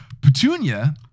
Petunia